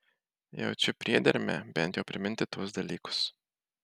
jaučiu priedermę bent jau priminti tuos dalykus